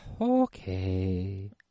Okay